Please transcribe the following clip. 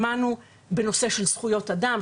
שמענו בנושא של זכויות אדם,